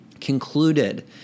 concluded